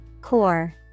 Core